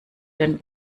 den